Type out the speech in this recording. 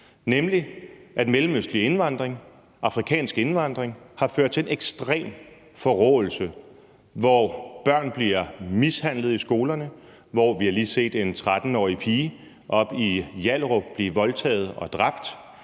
nemlig at mellemøstlig indvandring og afrikansk indvandring har ført til en ekstrem forråelse, hvor børn bliver mishandlet i skolerne, hvor vi lige har set en 13-årig pige oppe i Hjallerup blive voldtaget og dræbt,